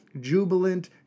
jubilant